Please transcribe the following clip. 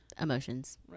emotions